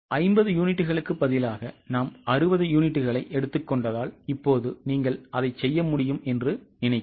50 யூனிட்டுகளுக்கு பதிலாக நாம் 60 யூனிட்டுகளை எடுத்துக்கொண்டதால் இப்போது நீங்கள் அதை செய்ய முடியும் என்று நினைக்கிறேன்